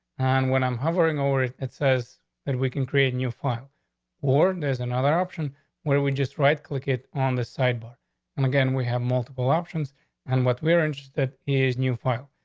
and when i'm hovering over it, it says that we can create a new file or there's another option where we just right click it on the side but and again, we have multiple options and what we're in that is new file.